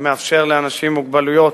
שמאפשר לאנשים עם מוגבלויות